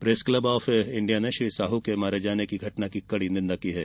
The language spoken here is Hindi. प्रेस क्लब आफ इंडिया ने श्री साहू के मारे जाने की घटना की कड़ी निन्दा की है